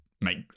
make